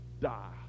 die